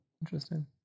interesting